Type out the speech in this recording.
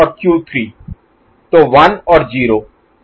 तो 1 और 0 तो यह 1 है